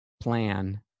plan